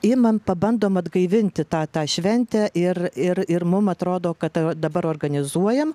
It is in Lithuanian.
imam pabandom atgaivinti tą tą šventę ir ir ir mum atrodo kad ta dabar organizuojam